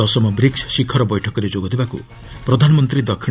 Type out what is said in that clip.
ଦଶମ ବ୍ରିକ୍ସ୍ ଶିଖର ବୈଠକରେ ଯୋଗ ଦେବାକୁ ପ୍ରଧାନମନ୍ତ୍ରୀ ଦକ୍ଷିଣ